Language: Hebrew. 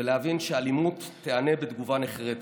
ולהבין שאלימות תיענה בתגובה נחרצת.